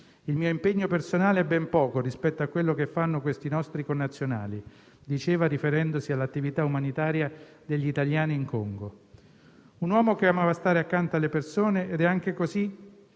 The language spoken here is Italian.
«Il mio impegno personale è ben poco rispetto a quello che fanno questi nostri connazionali», diceva riferendosi all'attività umanitaria degli italiani in Congo. Era un uomo che amava stare accanto alle persone ed è così